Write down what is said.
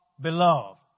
beloved